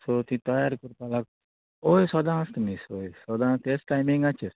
so ती तयार करपाक होय सोदां आसता मिस ओय सोदां तेच टायमिंगाचेर